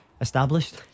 Established